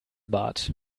bart